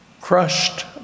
crushed